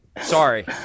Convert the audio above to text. Sorry